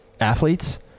athletes